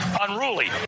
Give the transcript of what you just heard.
unruly